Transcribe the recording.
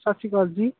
ਸਤਿ ਸ਼੍ਰੀ ਅਕਾਲ